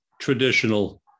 traditional